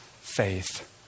faith